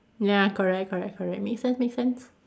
ya correct correct correct make sense make sense